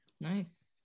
nice